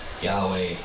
Yahweh